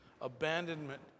abandonment